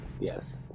Yes